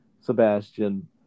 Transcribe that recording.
Sebastian